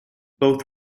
both